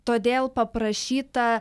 todėl paprašyta